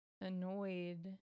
annoyed